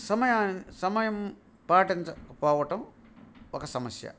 సమయా సమయం పాటించకపోవటం ఒక సమస్య